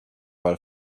while